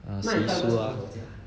ah 习俗 ah